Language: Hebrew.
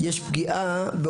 כי